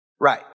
right